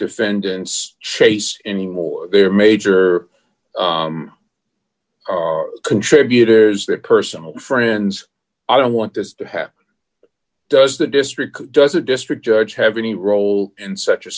defendants chase anymore their major contributors that personal friends i don't want this to happen does that district does a district judge have any role in such a